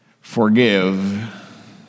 Forgive